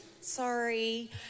sorry